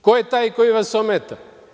Ko je taj koji vas ometa?